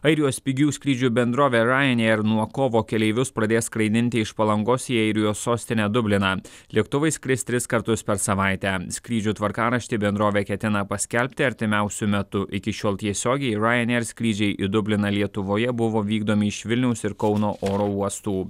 airijos pigių skrydžių bendrovė ryanair nuo kovo keleivius pradės skraidinti iš palangos į airijos sostinę dubliną lėktuvai skris tris kartus per savaitę skrydžių tvarkaraštį bendrovė ketina paskelbti artimiausiu metu iki šiol tiesiogiai ryanair skrydžiai į dubliną lietuvoje buvo vykdomi iš vilniaus ir kauno oro uostų